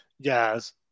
Yes